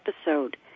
episode